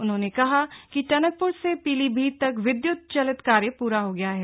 उन्होंने कहा कि टनकप्र से पीलीभीत तक विद्युत चलित कार्य पूरा हो गया है